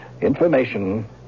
Information